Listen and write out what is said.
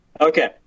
Okay